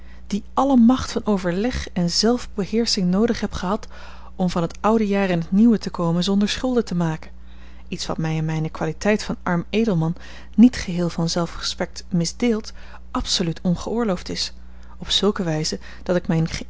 die alle macht van overleg en zelfbeheersching noodig heb gehad om van t oude jaar in t nieuwe te komen zonder schulden te maken iets wat mij in mijne kwaliteit van arm edelman niet geheel van zelf respect misdeeld absoluut ongeoorloofd is op zulke wijze dat ik mij